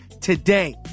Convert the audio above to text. today